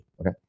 Okay